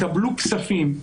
יקבלו כספים,